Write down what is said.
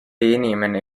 inimene